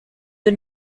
the